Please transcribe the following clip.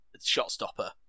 shot-stopper